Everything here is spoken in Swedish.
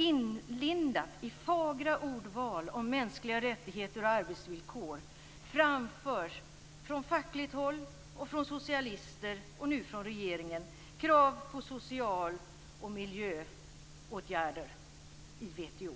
Inlindat i fagra ord om mänskliga rättigheter och arbetsvillkor framförs från fackligt håll, från socialister och nu från regeringen krav på sociala åtgärder och miljöåtgärder i WTO.